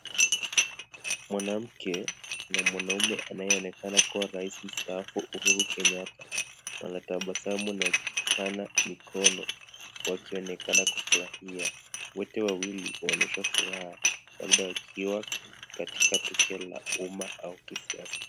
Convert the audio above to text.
Mwanamke na mwanaume anayeonekana kuwa rais mstaafu Uhuru Kenyatta wanatabasamu na wakishikana mikono wakionekana kufurahia. Wote wawili waonyesha furaha labda wakiwa katika tukio la umma au kisiasa.